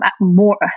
more